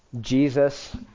Jesus